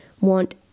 want